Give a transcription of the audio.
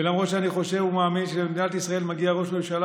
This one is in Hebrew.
ולמרות שאני חושב ומאמין שלמדינת ישראל מגיע ראש ממשלה